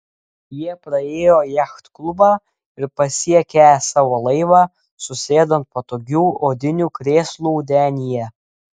jie praėjo jachtklubą ir pasiekę savo laivą susėdo ant patogių odinių krėslų denyje